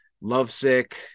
lovesick